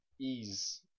ease